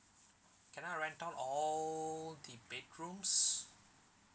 can I rent out all the bedrooms